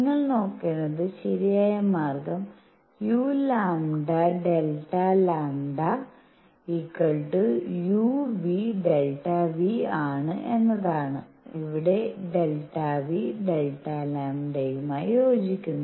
നിങ്ങൾ നോക്കേണ്ടത് ശരിയായ മാർഗ്ഗം uλΔ λuνΔν ആണ് എന്നതാണ് ഇവിടെ Δ ν Δ λ യുമായി യോജിക്കുന്നു